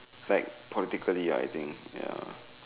like politically I think ya